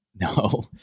No